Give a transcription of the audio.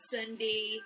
Sunday